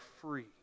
free